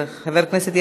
חבר הכנסת מיקי לוי,